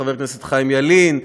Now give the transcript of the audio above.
חבר הכנסת חיים ילין,